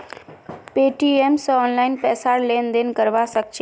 Paytm स online पैसार लेन देन करवा सक छिस